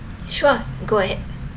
sure go ahead